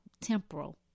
temporal